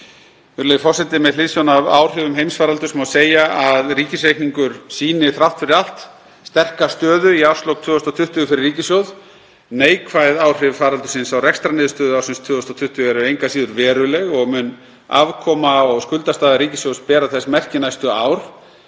Virðulegi forseti. Með hliðsjón af áhrifum heimsfaraldurs má segja að ríkisreikningur sýni þrátt fyrir allt sterka stöðu í árslok 2020 fyrir ríkissjóð. Neikvæð áhrif faraldursins á rekstrarniðurstöðu ársins 2020 eru engu að síður veruleg og mun afkoma og skuldastaða ríkissjóðs bera þess merki næstu ár.